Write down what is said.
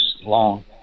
long